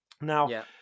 Now